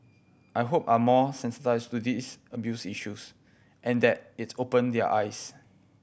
I hope are more sensitised to these abuse issues and that it's opened their eyes